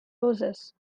roses